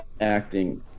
acting